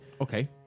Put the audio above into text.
Okay